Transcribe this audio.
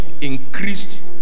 increased